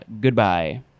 Goodbye